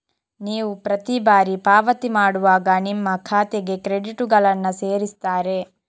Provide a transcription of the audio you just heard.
ನೀವು ಪ್ರತಿ ಬಾರಿ ಪಾವತಿ ಮಾಡುವಾಗ ನಿಮ್ಮ ಖಾತೆಗೆ ಕ್ರೆಡಿಟುಗಳನ್ನ ಸೇರಿಸ್ತಾರೆ